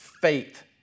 faith